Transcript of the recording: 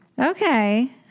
Okay